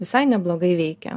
visai neblogai veikia